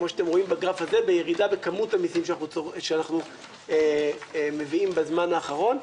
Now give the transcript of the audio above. כמו שאתם רואים בקלף הזה בירידה בכמות המסים שאנחנו מביאים בזמן האחרון.